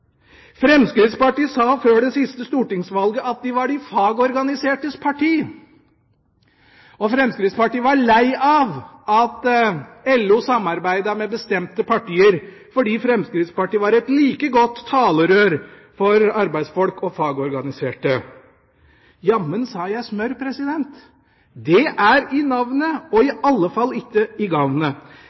Fremskrittspartiet sa før det siste stortingsvalget at de var de fagorganisertes parti. Fremskrittspartiet var lei av at LO samarbeidet med bestemte partier, fordi Fremskrittspartiet var et like godt talerør for arbeidsfolk og fagorganiserte. Jammen sa jeg smør! Det er i navnet – og i alle fall ikke i gavnet.